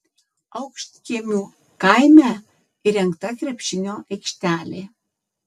aukštkiemių kaime įrengta krepšinio aikštelė